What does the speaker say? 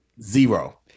Zero